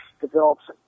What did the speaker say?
develops